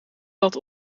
dat